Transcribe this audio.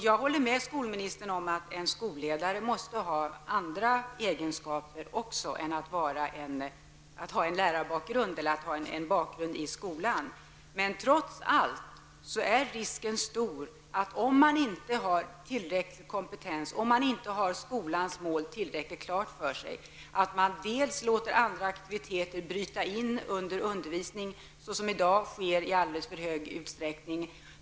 Jag håller med skolministern om att en skolledare måste ha även andra egenskaper än de som kan inhämtas genom lärarbakgrund eller annan bakgrund i skolan. Men om man inte har tillräcklig kompetens och inte har skolans mål tillräckligt klart för sig är risken trots allt stor att man, såsom i dag sker i alldeles för stor utsträckning, låter andra aktiviteter bryta in i undervisningen.